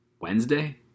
Wednesday